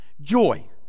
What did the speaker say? Joy